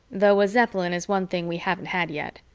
though a zeppelin is one thing we haven't had yet.